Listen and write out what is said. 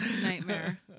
Nightmare